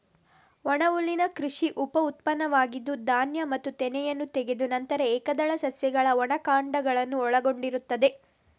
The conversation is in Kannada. ಒಣಹುಲ್ಲಿನ ಕೃಷಿ ಉಪ ಉತ್ಪನ್ನವಾಗಿದ್ದು, ಧಾನ್ಯ ಮತ್ತು ತೆನೆಯನ್ನು ತೆಗೆದ ನಂತರ ಏಕದಳ ಸಸ್ಯಗಳ ಒಣ ಕಾಂಡಗಳನ್ನು ಒಳಗೊಂಡಿರುತ್ತದೆ